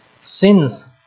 sins